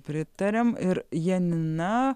pritariam ir janina